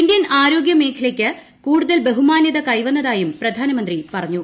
Indian ആരോഗ്യമേഖലയ്ക്ക് കൂടു തൽ ബഹുമാന്യത കൈവീന്നതായും പ്രധാനമന്ത്രി പറഞ്ഞു